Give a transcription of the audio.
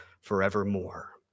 forevermore